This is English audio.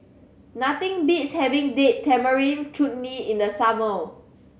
nothing beats having Date Tamarind Chutney in the summer